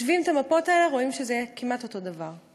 משווים את המפות האלה, רואים שזה כמעט אותו דבר.